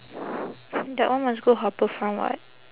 that one must go harbourfront [what]